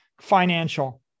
financial